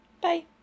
Bye